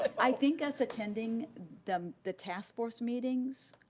i think us attending the the task force meetings